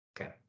Okay